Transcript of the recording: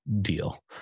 deal